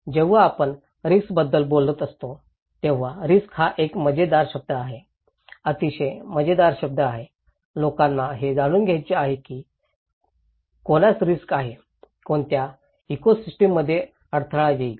जेव्हा आपण रिस्क बद्दल बोलत असतो तेव्हा रिस्क हा एक मजेदार शब्द आहे अतिशय मजेदार शब्द आहे लोकांना हे जाणून घ्यायचे आहे की कोणास रिस्क आहे कोणत्या इकोसिस्टममध्ये अडथळा येईल